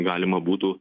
galima būtų